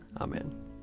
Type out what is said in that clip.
Amen